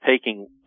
taking